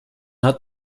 hat